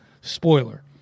spoiler